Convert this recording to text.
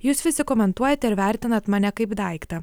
jūs visi komentuojate ir vertinat mane kaip daiktą